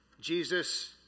Jesus